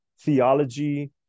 theology